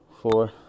four